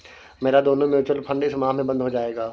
मेरा दोनों mutual fund इस माह में बंद हो जायेगा